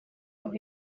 aho